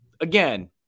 Again